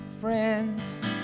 friends